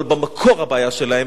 אבל במקור הבעיה שלהם,